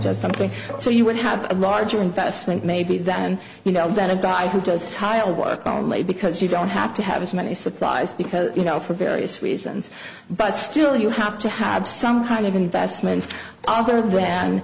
to have something so you would have a larger investment maybe than you know that a guy who does tile work only because you don't have to have as many surprise because you know for various reasons but still you have to have some kind of investment other than